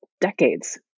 decades